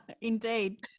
Indeed